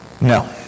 no